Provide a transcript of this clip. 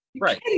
right